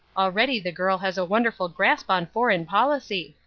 already the girl has a wonderful grasp on foreign policy.